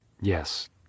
Yes